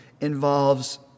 involves